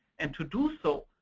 and to do so,